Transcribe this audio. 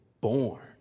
born